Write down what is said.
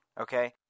Okay